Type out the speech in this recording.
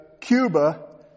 Cuba